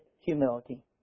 humility